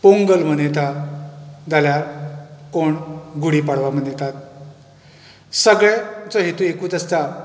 पोंगल मनयतात जाल्यार कोण गुढीपाडवा मनयतात सगळ्यांचो हेतू एकूच आसता